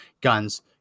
guns